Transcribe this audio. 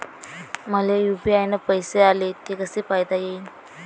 मले यू.पी.आय न पैसे आले, ते कसे पायता येईन?